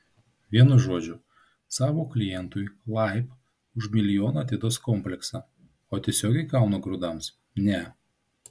vienu žodžiu savo klientui laib už milijoną atiduos kompleksą o tiesiogiai kauno grūdams ne